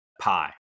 pie